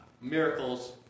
miracles